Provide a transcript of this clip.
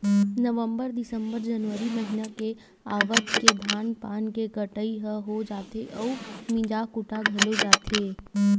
नवंबर, दिंसबर, जनवरी महिना के आवत ले धान पान के कटई ह हो जाथे अउ मिंजा कुटा घलोक जाथे